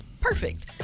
perfect